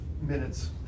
minutes